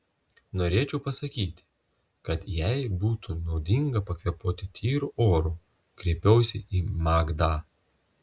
norėčiau pasakyti kad jai būtų naudinga pakvėpuoti tyru oru kreipiausi į magdą